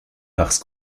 parce